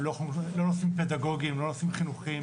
הם לא נושאים פדגוגיים, הם לא נושאים חינוכיים.